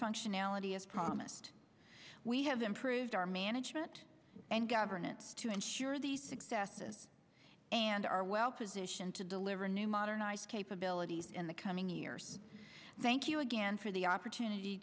functionality as promised we have improved our management and governance to ensure the success and are well positioned to deliver new modernized capabilities in the coming years thank you again for the opportunity